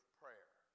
prayer